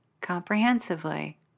comprehensively